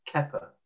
Kepper